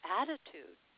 attitude